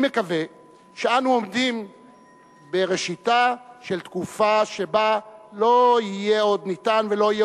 אני מקווה שאנו עומדים בראשיתה של תקופה שבה לא יהיה ניתן עוד ולא יהיה